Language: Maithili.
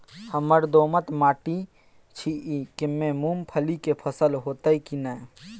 हमर दोमट माटी छी ई में मूंगफली के फसल होतय की नय?